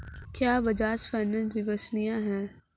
क्या बजाज फाइनेंस विश्वसनीय है?